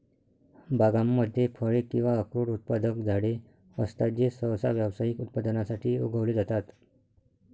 बागांमध्ये फळे किंवा अक्रोड उत्पादक झाडे असतात जे सहसा व्यावसायिक उत्पादनासाठी उगवले जातात